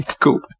Cool